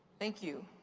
thank you.